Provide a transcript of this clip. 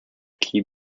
key